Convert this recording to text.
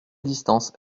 distance